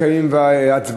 אנחנו מקיימים הצבעה.